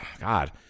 God